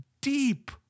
deep